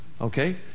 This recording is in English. okay